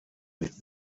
with